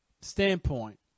standpoint